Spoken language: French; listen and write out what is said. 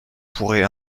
pourrait